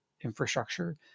infrastructure